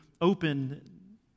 open